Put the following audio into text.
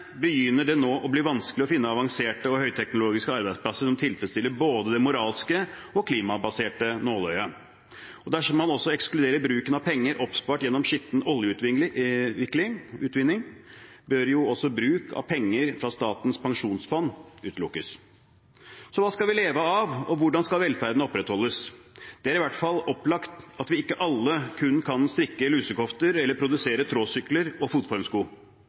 begynner det nå å bli vanskelig å finne avanserte og høyteknologiske arbeidsplasser som tilfredsstiller både det moralske og det klimabaserte nåløyet. Og dersom man også ekskluderer bruken av penger oppspart gjennom skitten oljeutvinning, bør også bruk av penger fra Statens pensjonsfond utelukkes. Så hva skal vi leve av, og hvordan skal velferden opprettholdes? Det er i hvert fall opplagt at vi ikke alle kun kan strikke lusekofter eller produsere tråsykler og fotformsko.